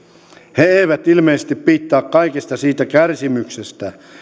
he eivät ilmeisesti piittaa kaikesta siitä kärsimyksestä